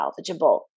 salvageable